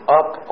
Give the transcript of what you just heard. up